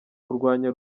kurwanya